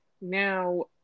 Now